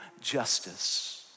justice